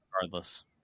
regardless